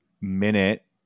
minute